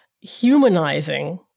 humanizing